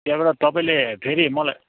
त्यहाँबाट तपाईँले फेरि मलाई